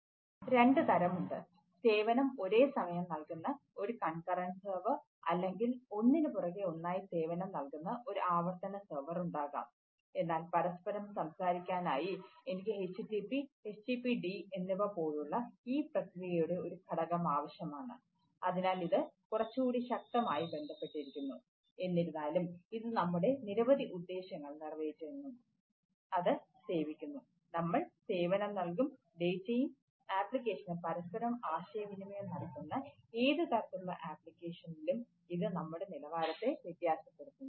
2 തരം ഉണ്ട് സേവനം ഒരേസമയം നൽകുന്ന ഒരു കൺകറന്റ് സെർവർ ഇത് നമ്മുടെ നിലവാരത്തെ വ്യത്യാസപ്പെടുത്തുന്നു